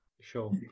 Sure